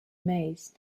maize